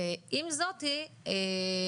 את המסקנות?